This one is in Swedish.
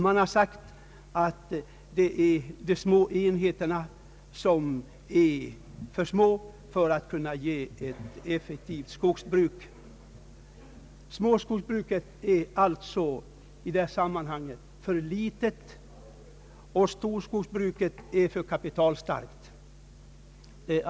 Det har sagts att det mindre skogsbrukets enheter är för små för att där skall kunna bedrivas ett effektivt skogsbruk. Småskogsbruket är alltså i detta sammanhang alltför litet, och storskogsbruket är alltför kapitalstarkt.